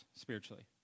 spiritually